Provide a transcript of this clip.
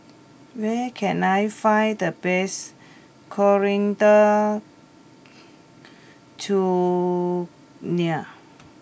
where can I find the best Coriander Chutney